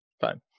Fine